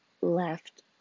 left